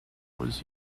was